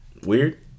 Weird